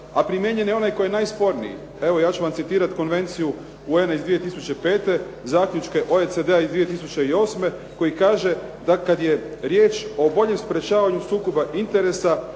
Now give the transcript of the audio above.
a primijenjen je onaj koji je najsporniji. Evo ja ću vam citirati Konvenciju UN-a iz 2005. zaključke OECD-a iz 2008. koji kaže da kad je riječ o boljem sprječavanju sukoba interesa